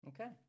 Okay